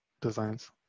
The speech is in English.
designs